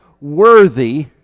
worthy